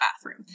bathroom